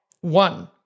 one